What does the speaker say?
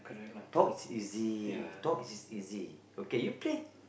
talk is easy talk is is easy okay you play